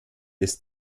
ist